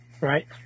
right